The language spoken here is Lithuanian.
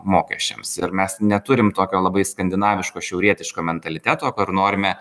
mokesčiams ir mes neturim tokio labai skandinaviško šiaurietiško mentaliteto kur norime